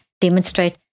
demonstrate